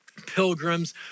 pilgrims